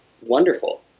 wonderful